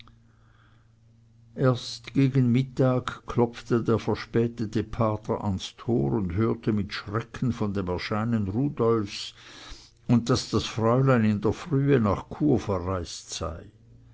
erst gegen mittag klopfte der verspätete pater ans tor und hörte mit schrecken von dem erscheinen rudolfs und daß das fräulein in der frühe nach chur verreist sei